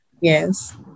Yes